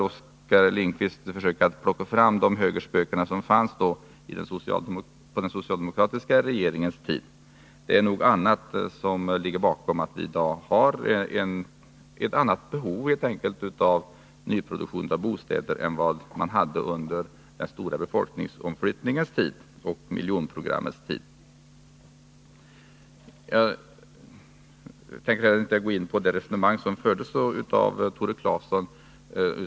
Oskar Lindkvist får väl försöka plocka fram de högerspöken som fanns på den socialdemokratiska regeringens tid! Nej, det är nog annat som ligger bakom. Vi har i dag helt enkelt ett annat behov av nyproduktion av bostäder än man hade under den stora befolkningsomflyttningens och miljonprogrammets tid. Jag tänker inte heller gå in på det resonemang som förts av Tore Claeson.